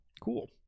Cool